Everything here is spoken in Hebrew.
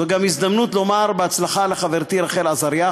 זאת גם הזדמנות לומר בהצלחה לחברתי רחל עזריה,